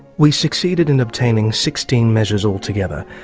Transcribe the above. we succeeded in obtaining sixteen measures altogether,